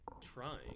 trying